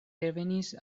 revenis